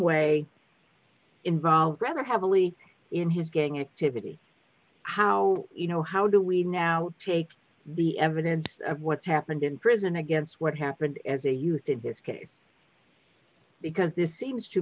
d involved rather heavily in his gang activity how you know how do we now take the evidence of what happened in prison against what happened as a youth in this case because this seems to